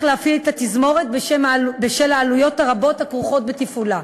להפעיל את התזמורת בשל העלויות הרבות הכרוכות בתפעולה.